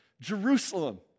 Jerusalem